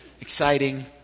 exciting